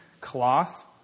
cloth